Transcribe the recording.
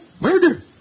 Murder